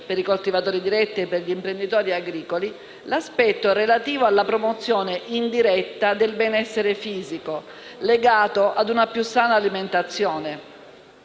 per i coltivatori diretti e gli imprenditori agricoli, l'aspetto relativo alla promozione indiretta del benessere fisico legato a una più sana alimentazione.